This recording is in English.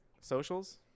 Socials